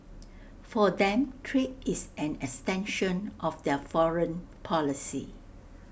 for them trade is an extension of their foreign policy